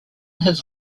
his